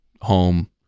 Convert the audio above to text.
home